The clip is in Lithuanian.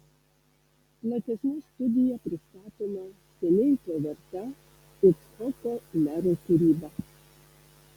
platesne studija pristatoma seniai to verta icchoko mero kūryba